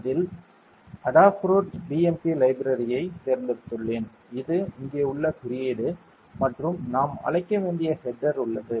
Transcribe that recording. அதில் Adafruit BMP library ஐ தேர்ந்தெடுத்துள்ளேன் இது இங்கே உள்ள குறியீடு மற்றும் நாம் அழைக்க வேண்டிய ஹெட்டர் உள்ளது